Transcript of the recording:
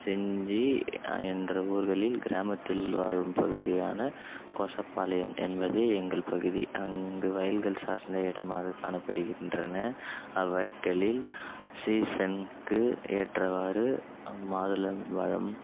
செஞ்சி என்ற ஊர்களில் கிராமத்தில் வாழும் பகுதியான கொசப்பாளையம் என்பதே எங்கள் பகுதி அங்கு வயல்கள் சார்ந்த இடமாகக் காணப்படுகின்றன அவ்வயல்களில் சீசனுக்கு ஏற்றவாறு மாதுளம் பழம்